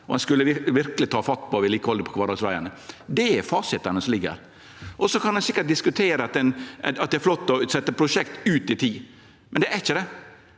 og ein skulle verkeleg ta fatt på vedlikehaldet på kvardagsvegane. Det er fasiten som ligg her. Ein kan sikkert diskutere at det er flott å sette prosjekt ut i tid, men det er ikkje det.